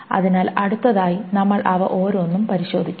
അതിനാൽ അടുത്തതായി നമ്മൾ അവ ഓരോന്നും പരിശോധിക്കും